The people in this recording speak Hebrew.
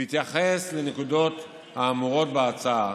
בהתייחס לנקודות האמורות בהצעה: